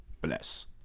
bless